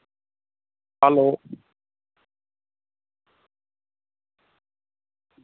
hello